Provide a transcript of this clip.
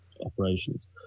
operations